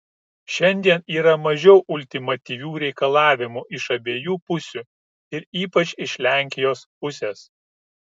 šiandien yra mažiau ultimatyvių reikalavimų iš abiejų pusių ir ypač iš lenkijos pusės